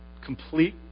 complete